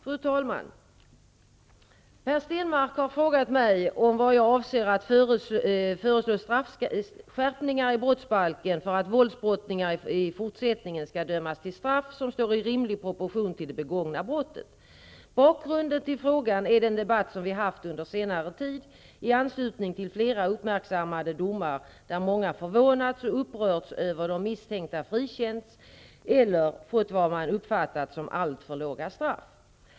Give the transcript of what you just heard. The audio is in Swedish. Fru talman! Per Stenmarck har frågat mig om jag avser att föreslå straffskärpningar i brottsbalken för att våldsbrottslingar i fortsättningen skall dömas till straff som står i rimlig proportion till det begångna brottet. Bakgrunden till frågan är den debatt som vi haft under senare tid i anslutning till flera uppmärksammade domar där många förvånats och upprörts över att de misstänkta frikänts eller fått vad man uppfattat som alltför låga straff.